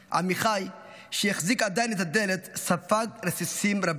עמיחי, שהחזיק עדיין את הדלת, ספג רסיסים רבים.